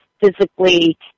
physically